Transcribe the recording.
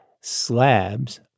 slabs